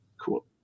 Cool